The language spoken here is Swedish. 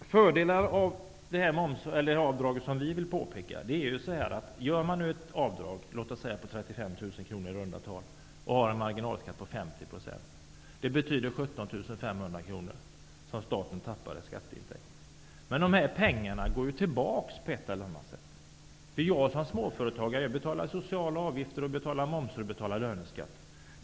Jag vill påpeka några fördelar med det avdrag som vi föreslår. Om man gör ett avdrag på låt oss säga 50 % betyder det att staten tappar 17 500 kr i skatteintäkter. De pengarna går ju tillbaks till staten på ett eller annat sätt. Jag som småföretagare betalar sociala avgifter, moms och löneskatt.